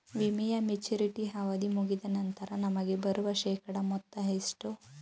ವಿಮೆಯ ಮೆಚುರಿಟಿ ಅವಧಿ ಮುಗಿದ ನಂತರ ನಮಗೆ ಬರುವ ಶೇಕಡಾ ಮೊತ್ತ ಎಷ್ಟು?